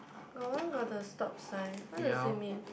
got one got the stop sign what does it mean